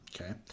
Okay